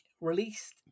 released